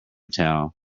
towel